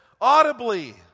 audibly